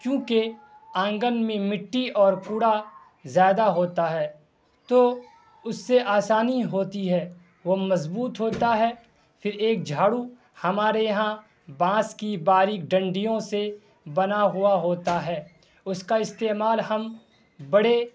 کیونکہ آنگن میں مٹی اور کوڑا زیادہ ہوتا ہے تو اس سے آسانی ہوتی ہے وہ مضبوط ہوتا ہے پھر ایک جھاڑو ہمارے یہاں بانس کی باریک ڈنڈیوں سے بنا ہوا ہوتا ہے اس کا استعمال ہم بڑے